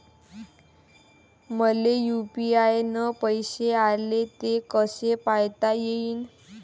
मले यू.पी.आय न पैसे आले, ते कसे पायता येईन?